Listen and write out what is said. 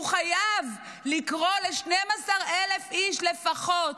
הוא חייב לקרוא ל-12,000 איש לפחות,